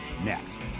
next